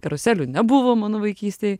karuselių nebuvo mano vaikystėj